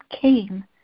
came